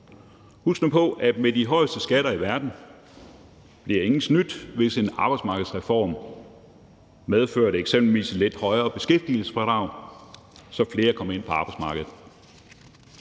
Husk nu på, at med de højeste skatter i verden, bliver ingen snydt, hvis en arbejdsmarkedsreform medførte eksempelvis et lidt højere beskæftigelsesfradrag, så flere kom ind på arbejdsmarkedet.